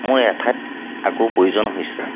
মোৰ এঠাইত আকৌ প্ৰয়োজন হৈছে